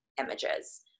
images